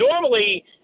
normally